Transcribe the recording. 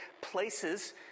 places